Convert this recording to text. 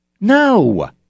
No